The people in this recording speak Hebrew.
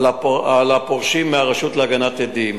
על הפורשים מהרשות להגנת עדים.